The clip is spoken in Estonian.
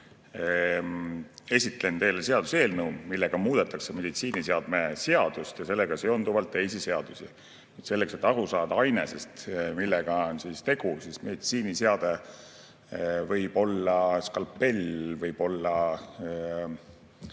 Esitlen teile seaduseelnõu, millega muudetakse meditsiiniseadme seadust ja sellega seonduvalt teisi seadusi. Selleks, et aru saada ainesest, millega on tegu, siis [olgu öeldud, et] meditsiiniseade võib olla skalpell, võib olla